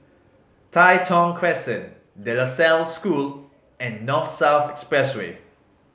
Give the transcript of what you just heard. Tai Thong Crescent De La Salle School and North South Expressway